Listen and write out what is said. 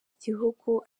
igihugu